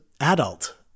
adult